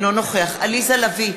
אינו נוכח עליזה לביא,